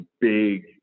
big